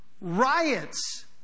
Riots